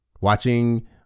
watching